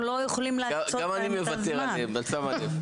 לא יכולים להיות נוכחים לכל אורכם בגלל הזמן.